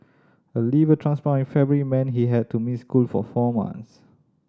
a liver transplant in February meant he had to miss school for four months